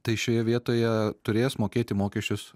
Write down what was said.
tai šioje vietoje turės mokėti mokesčius